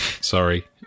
Sorry